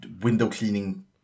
window-cleaning